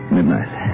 Midnight